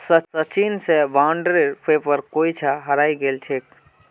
सचिन स बॉन्डेर पेपर कोई छा हरई गेल छेक